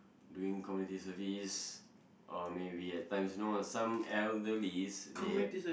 doing community service or maybe at times you know some elderlies they